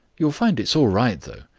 you'll find it's all right, though.